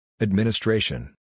Administration